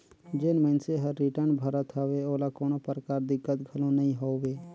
जेन मइनसे हर रिटर्न भरत हवे ओला कोनो परकार दिक्कत घलो नइ होवे